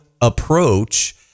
approach